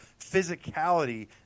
physicality